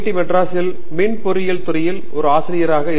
D மெட்ராஸில் மின் பொறியியல் துறையில் ஒரு ஆசிரியராக இருக்கிறேன்